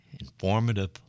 informative